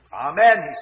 Amen